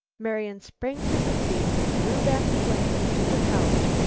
marian sprang to her feet, threw back the blankets to her couch,